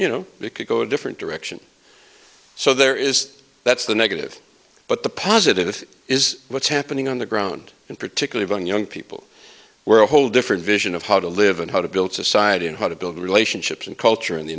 you know it could go a different direction so there is that's the negative but the positive is what's happening on the ground and particularly on young people where a whole different vision of how to live and how to build society and how to build relationships and culture in the